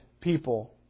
people